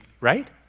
Right